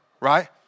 right